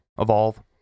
Evolve